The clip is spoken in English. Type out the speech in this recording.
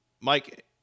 Mike